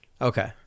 Okay